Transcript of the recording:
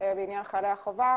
בעניין חיילי החובה